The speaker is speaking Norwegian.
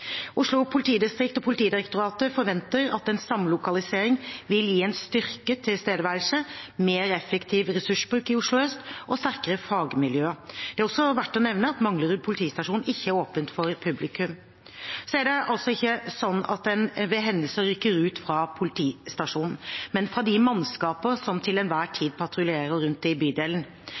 Oslo politidistrikt og Politidirektoratet forventer at en samlokalisering vil gi en styrket tilstedeværelse, mer effektiv ressursbruk i Oslo øst og sterkere fagmiljøer. Det er også verdt å nevne at Manglerud politistasjon ikke er åpen for publikum. Så er det altså ikke slik at en ved hendelser rykker ut fra politistasjonen, men fra de mannskaper som til enhver tid patruljerer rundt i bydelen.